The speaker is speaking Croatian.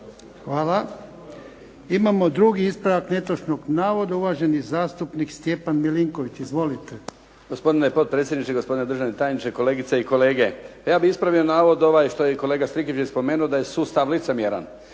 Hvala. Imamo drugi ispravak netočnog navoda uvaženi zastupnik Stjepan Milinković. Izvolite. **Milinković, Stjepan (HDZ)** Gospodine potpredsjedniče, gospodine državni tajniče, kolegice i kolege. Ja bih ispravio navod ovaj što je i kolega Strikić već spomenuo da je sustav licemjeran.